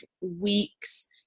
weeks